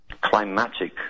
Climatic